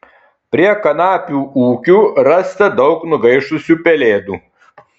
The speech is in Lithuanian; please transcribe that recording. prie kanapių ūkių rasta daug nugaišusių pelėdų